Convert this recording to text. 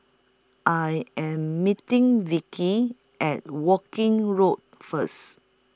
I Am meeting Vickey At Woking Road First